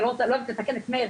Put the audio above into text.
אני לא אוהבת לתקן את מאיר,